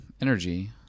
energy